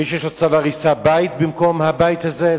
מי שיש לו צו הריסה בית במקום הבית הזה?